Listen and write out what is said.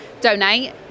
donate